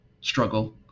struggle